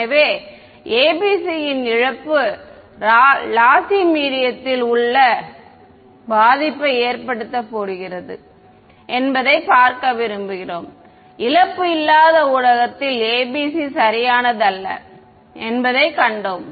எனவே ABC யின் இழப்பு லாசி ஊடகத்தில் என்ன பாதிப்பை ஏற்படுத்த போகிறது என்பதைப் பார்க்க விரும்புகிறோம் இழப்பு இல்லாத ஊடகத்தில் ABC சரியானது அல்ல என்பதைக் கண்டோம்